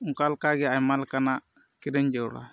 ᱚᱱᱠᱟ ᱞᱮᱠᱟᱜᱮ ᱟᱭᱢᱟ ᱞᱮᱠᱟᱱᱟᱜ ᱠᱤᱨᱤᱧ ᱡᱟᱹᱨᱩᱲᱟ